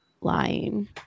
lying